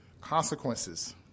consequences